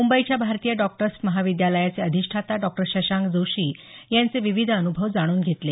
मुंबईच्या भारतीय डॉक्टर्स महाविद्यालयाचे अधिष्ठाता डॉक्टर शशांक जोशी यांचे विविध अन्भव जाणून घेतले